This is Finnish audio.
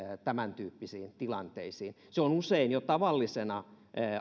tämäntyyppisiin tilanteisiin se on usein jo tavallisena